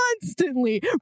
constantly